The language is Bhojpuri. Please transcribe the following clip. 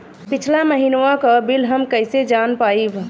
पिछला महिनवा क बिल हम कईसे जान पाइब?